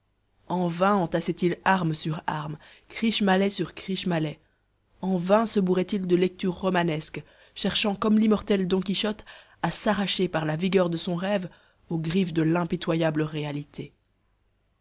en vain entassait il armes sur armes krish malais sur krish malais en vain se bourrait il de lectures romanesques cherchant comme l'immortel don quichotte à s'arracher par la vigueur de son rêve aux griffes de l'impitoyable réalité